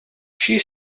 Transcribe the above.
she